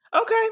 okay